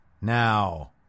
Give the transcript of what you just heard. Now